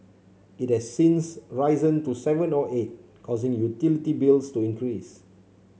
it has since risen to seven or eight causing utility bills to increase